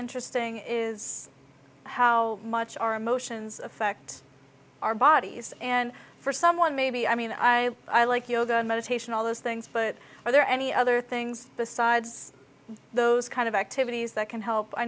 interesting is how much our emotions affect our bodies and for someone maybe i mean i i like yoga and meditation all those things but are there any other things besides those kind of activities that can help i